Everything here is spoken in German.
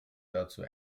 dazu